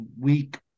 week